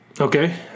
Okay